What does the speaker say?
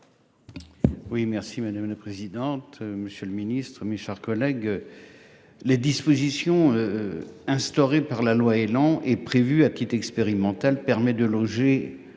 Oui merci madame la présidente. Monsieur le Ministre, mes chers collègues. Les dispositions. Instaurées par la loi Elan est prévue à expérimental permet de loger